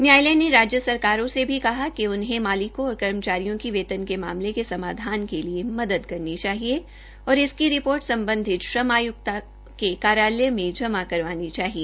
न्यायालय ने राज्य सरकारों से भी कहा है कि उन्हे मालिकों और कर्मचारियों की वेतन के मामले के समाधान के लिए मदद करनी चाहिए और इसकी रिपोर्ट श्रम आयुक्तों के कार्यालय में जमा करवानी चाहिए